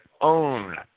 own